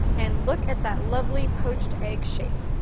and look at that lovely poached egg shape.